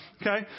okay